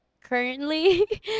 currently